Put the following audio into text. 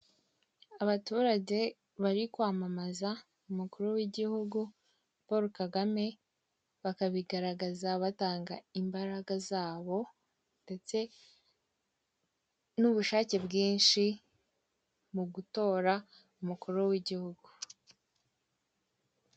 Abaturage bari kwamamaza umukuru igihugu Paul Kagame bakabigaragaza batanga imbaraga zabo ndetse n'ubushake bwinshi mu gutora umukuru w'igihugu.